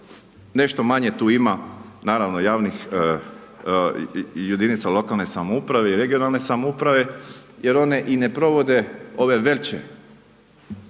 nešto manje tu ima, naravno javnih i jedinica lokalne samouprave i regionalne samouprave jer one i ne provode ove veće